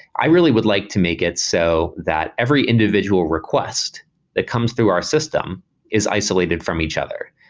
i really would like to make it so that every individual request that comes through our system is isolated from each other.